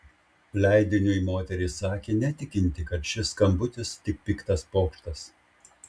leidiniui moteris sakė netikinti kad šis skambutis tik piktas pokštas